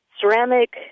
ceramic